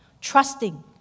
trusting